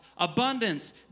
Abundance